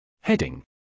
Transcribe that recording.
Heading